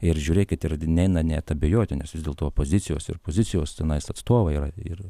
ir žiūrėkit ir neina net abejoti nes vis dėlto opozicijos ir pozicijos tenais atstovai yra ir